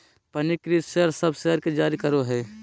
पंजीकृत शेयर सब शेयर के जारी करो हइ